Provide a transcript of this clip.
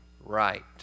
right